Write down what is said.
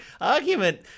argument